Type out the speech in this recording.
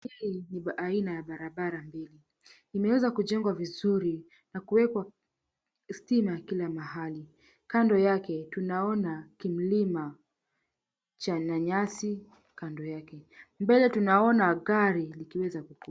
Hii ni aina ya barabara mbili, imeweza kujengwa vizuri na kuwekwa stima kila mahali. Kando yake tunaona kimlima cha nyasi kando yake. Mbele tunaona tunaona gari likiweza kukuja.